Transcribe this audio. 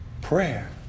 prayer